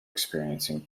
experiencing